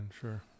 Sure